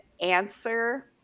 answer